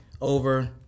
over